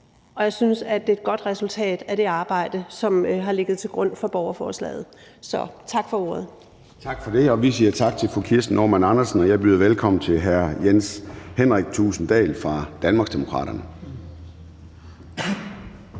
og jeg synes, at det er et godt resultat af det arbejde, som har ligget til grund for borgerforslaget. Tak for ordet. Kl. 10:34 Formanden (Søren Gade): Vi siger tak til fru Kirsten Normann Andersen. Jeg byder velkommen til hr. Jens Henrik Thulesen Dahl fra Danmarksdemokraterne.